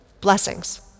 Blessings